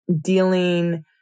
dealing